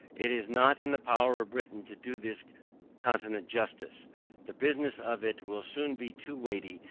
it is not in the power of britain to do this continent justice the business of it will soon be too weighty,